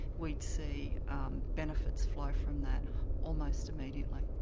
we'd see benefits flow from that almost immediately.